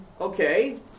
Okay